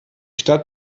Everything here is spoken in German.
stadt